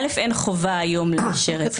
א', אין חובה היום לאשר את ההסכמים.